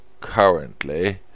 currently